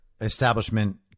establishment